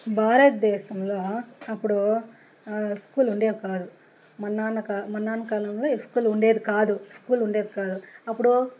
భారతదేశంలో అప్పుడు స్కూల్ ఉండేది కాదు మా నాన్న కాలంలో ఈ స్కూల్ ఉండేది కాదు స్కూల్ ఉండేవి కాదు అప్పుడు